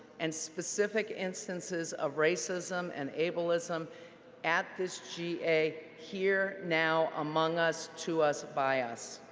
and specific instances of racism and ableism at this d a here, now among us, to us, by us.